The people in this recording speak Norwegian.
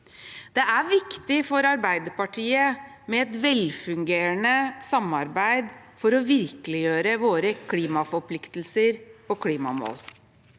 Det er viktig for Arbeiderpartiet med et velfungerende samarbeid for å virkeliggjøre våre klimaforpliktelser og klimamål.